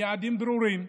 עם יעדים ברורים,